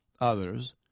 others